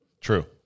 True